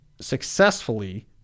successfully